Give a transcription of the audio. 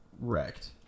wrecked